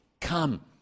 come